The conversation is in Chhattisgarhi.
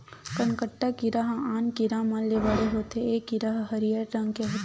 कनकट्टा कीरा ह आन कीरा मन ले बड़े होथे ए कीरा ह हरियर रंग के होथे